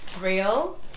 real